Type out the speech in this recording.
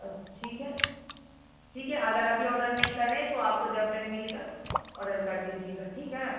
ठीक है ठीक है अगर अभी ऑर्डर नहीं कर रहे तो आपको जब टाइम मिलेगा ऑर्डर कर दीजिएगा ठीक है